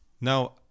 Now